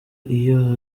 iyo